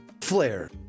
flare